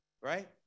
Right